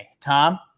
Tom